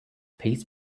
peace